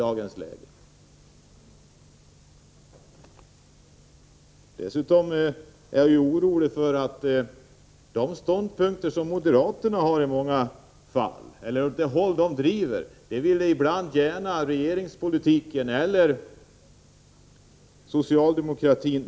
Jag är dessutom orolig för att regeringen och socialdemokratin ibland gärna driver åt samma håll som moderaterna.